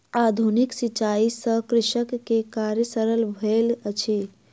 आधुनिक सिचाई से कृषक के कार्य सरल भेल अछि